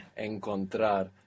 Encontrar